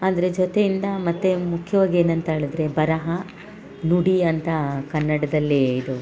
ಅದರ ಜೊತೆಯಿಂದ ಮತ್ತು ಮುಖ್ಯವಾಗಿ ಏನು ಅಂತ ಹೇಳದ್ರೆ ಬರಹ ನುಡಿ ಅಂತ ಕನ್ನಡದಲ್ಲಿ ಇದು